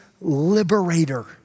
liberator